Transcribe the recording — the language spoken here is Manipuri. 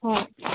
ꯍꯣꯏ